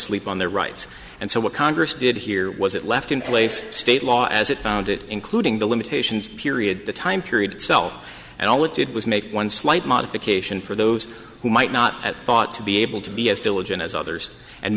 sleep on their rights and so what congress did here was it left in place state law as it found it including the lid period the time period itself and all it did was make one slight modification for those who might not at the thought to be able to be as diligent as others and